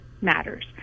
matters